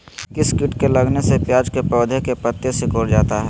किस किट के लगने से प्याज के पौधे के पत्ते सिकुड़ जाता है?